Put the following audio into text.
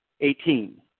eighteen